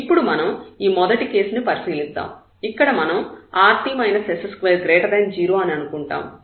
ఇప్పుడు మనం ఈ మొదటి కేసుని పరిశీలిద్దాం ఇక్కడ మనం rt s20 అని అనుకుంటాం